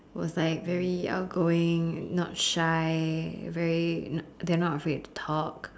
was like very outgoing not shy very they're not afraid to talk